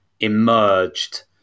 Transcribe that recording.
emerged